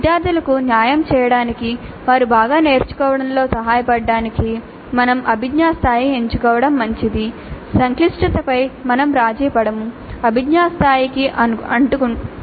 విద్యార్థులకు న్యాయం చేయటానికి వారు బాగా నేర్చుకోవడంలో సహాయపడటానికి మనం అభిజ్ఞా స్థాయికి ఎంచుకోవడం మంచిది సంక్లిష్టతపై మేము రాజీ పడము అభిజ్ఞా స్థాయికి అంటుకుంటాము